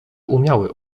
umiały